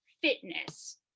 fitness